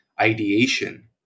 ideation